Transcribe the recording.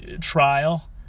trial